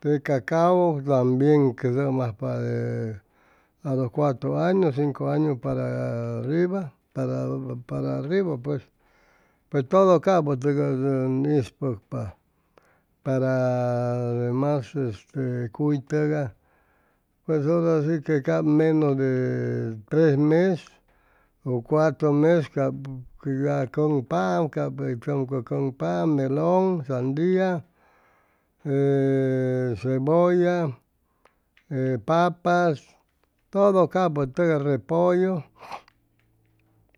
te cacao tambien tʉm ajpa de a los cuatro añu cinco añu para arriba para arriba pues pero todo capʉ tʉgay ʉn ispʉcpa para demas cuytʉgay pues ora si que cap menos de tres mes u cuatro cap ya cʉŋpaam cap ca tʉm cʉŋpaam melon sandia e cebolla e papas todo capʉtʉgay repollo